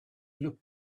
looked